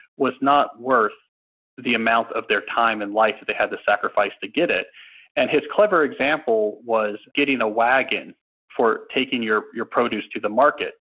was not worth the amount of their time and life that they had to sacrifice to get it and his clever example was getting a wagon for taking your your produce to the market.